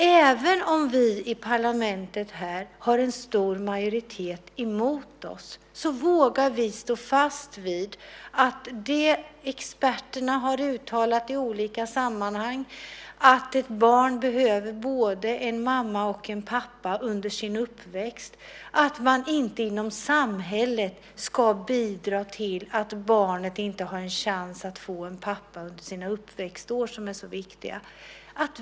Även om vi här i parlamentet har en stor majoritet emot oss vågar vi stå fast vid det experterna har uttalat i olika sammanhang, nämligen att ett barn behöver både en mamma och en pappa under sin uppväxt, och vi tycker inte att man inom samhället ska bidra till att barnet inte har en chans att få en pappa under sina uppväxtår, som är så viktiga.